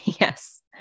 Yes